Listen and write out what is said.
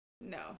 No